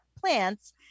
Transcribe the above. plants